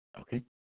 Okay